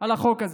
על החוק הזה,